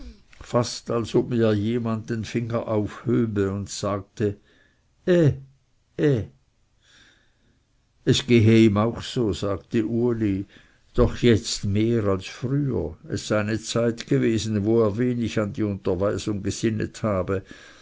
fast als ob mir jemand den finger aufhöbe und sagte eh eh es gehe ihm auch so sagte uli doch jetzt mehr als früher es sei eine zeit gewesen wo er wenig an die unterweisung gesinnet habe